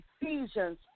Ephesians